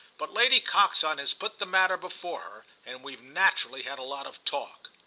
but lady coxon has put the matter before her, and we've naturally had a lot of talk.